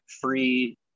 free